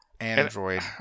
android